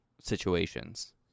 situations